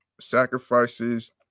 Sacrifices